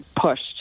pushed